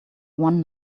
one